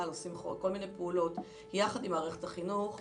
עושים כל מיני פעולות יחד עם מערכת החינוך.